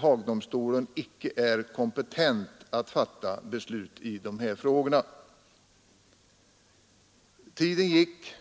Haagdomstolen icke är kompetent att fatta beslut i de här frågorna. Tiden gick.